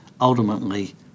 ultimately